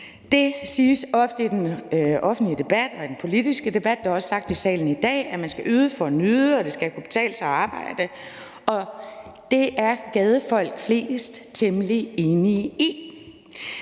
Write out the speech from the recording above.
Det siges ofte i den offentlige debat og i den politiske debat, og det er også blevet sagt i salen i dag, at man skal yde for at nyde, og at det skal kunne betale sig at arbejde, og det er de fleste gadefolk temmelig enige i.